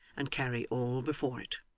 and carry all before it.